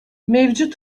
mevcut